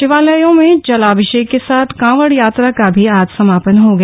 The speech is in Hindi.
शिवालयों में जलाभिषेक के साथ कावड़ यात्रा का भी आज समापन हो गया